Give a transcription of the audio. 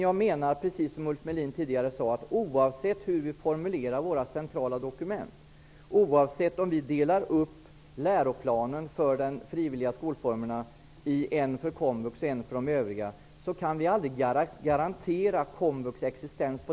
Jag menar, precis som Ulf Melin sade tidigare, att oavsett hur vi formulerar våra centrala dokument och oavsett om vi delar upp läroplanen för de olika skolformerna i en läroplan för komvux och för de övriga formerna kan vi aldrig garantera komvux existens.